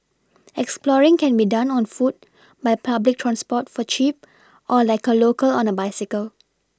exploring can be done on foot by public transport for cheap or like a local on a bicycle